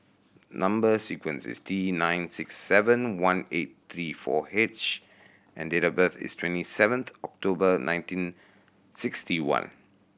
number sequence is T nine six seven one eight three four H and date of birth is twenty seventh October nineteen sixty one